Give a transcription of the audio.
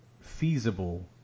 feasible